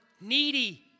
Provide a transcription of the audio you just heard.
needy